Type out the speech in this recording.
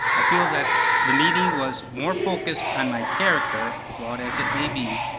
i feel that the meeting was more focused on my character, flawed as it may be,